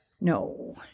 No